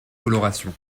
coloration